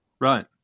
Right